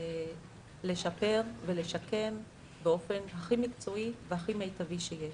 לשפר ולשקם באופן הכי מקצועי והכי מיטבי שיש.